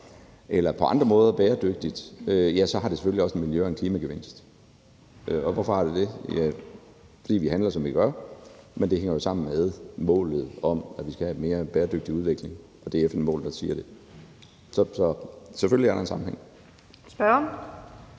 eller på andre måder er bæredygtigt, ja, så har det selvfølgelig også en miljø- og klimagevinst, og hvorfor har det det? Ja, det har det, fordi vi handler, som vi gør. Men det hænger jo sammen med målet om, at vi skal have en mere bæredygtig udvikling. Og det er FN-målene, der siger det. Så selvfølgelig er der en sammenhæng. Kl.